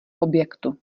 objektu